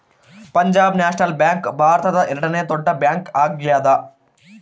Punjab national bank ಭಾರತದ ಎರಡನೆ ದೊಡ್ಡ ಬ್ಯಾಂಕ್ ಆಗ್ಯಾದ